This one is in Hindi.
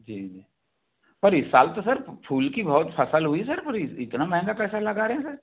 जी जी पर इस साल तो सर फूल की बहुत फसल हुई ना फिर इतना महँगा कैसे लगा रहे हैं सर